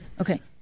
Okay